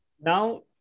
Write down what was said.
Now